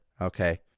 okay